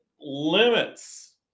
limits